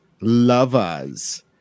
lovers